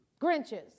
Grinches